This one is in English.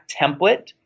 template